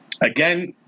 Again